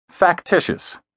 FACTITIOUS